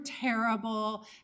terrible